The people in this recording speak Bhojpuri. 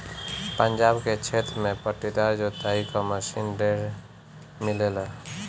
पंजाब के क्षेत्र में पट्टीदार जोताई क मशीन ढेर मिलेला